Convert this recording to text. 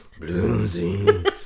Bluesy